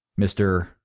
Mr